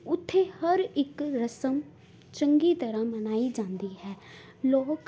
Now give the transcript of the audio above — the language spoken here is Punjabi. ਉੱਥੇ ਹਰ ਇੱਕ ਰਸਮ ਚੰਗੀ ਤਰ੍ਹਾਂ ਮਨਾਈ ਜਾਂਦੀ ਹੈ ਲੋਕ